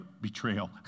betrayal